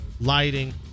lighting